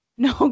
No